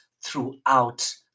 throughout